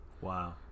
wow